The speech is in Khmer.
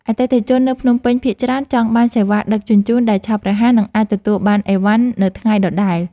អតិថិជននៅភ្នំពេញភាគច្រើនចង់បានសេវាដឹកជញ្ជូនដែលឆាប់រហ័ស និងអាចទទួលបានអីវ៉ាន់នៅថ្ងៃដដែល។